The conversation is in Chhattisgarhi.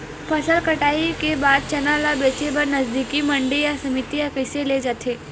फसल कटाई के बाद चना ला बेचे बर नजदीकी मंडी या समिति मा कइसे ले जाथे?